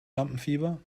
lampenfieber